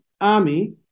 Army